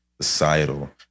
societal